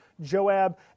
Joab